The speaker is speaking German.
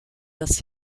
das